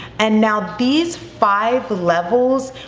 and now these five levels,